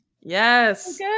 Yes